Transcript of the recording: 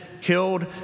killed